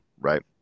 right